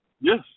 Yes